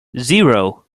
zero